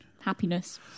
Happiness